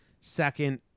second